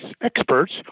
experts